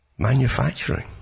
manufacturing